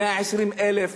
120,000